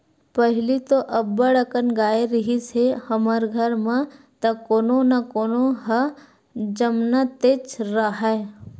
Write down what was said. पहिली तो अब्बड़ अकन गाय रिहिस हे हमर घर म त कोनो न कोनो ह जमनतेच राहय